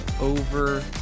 Over